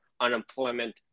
unemployment